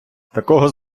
такого